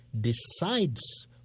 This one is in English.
decides